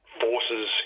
forces